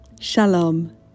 Shalom